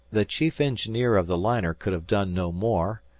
the chief engineer of the liner could have done no more,